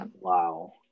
Wow